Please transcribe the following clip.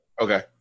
Okay